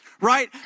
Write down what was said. Right